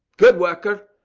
good worker.